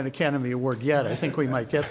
an academy award yet i think we might get